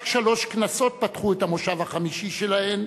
רק שלוש כנסות פתחו את המושב החמישי שלהן,